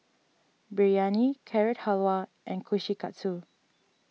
Biryani Carrot Halwa and Kushikatsu